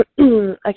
Okay